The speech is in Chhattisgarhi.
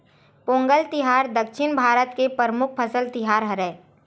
पोंगल तिहार दक्छिन भारत के परमुख फसल तिहार हरय